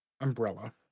umbrella